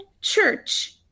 church